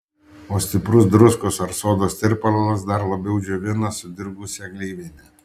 o stiprus druskos ar sodos tirpalas dar labiau džiovina sudirgusią gleivinę